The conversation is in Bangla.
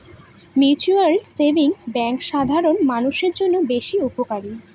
মিউচুয়াল সেভিংস ব্যাঙ্ক সাধারন মানুষের জন্য বেশ উপকারী